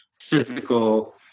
physical